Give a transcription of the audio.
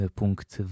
punkt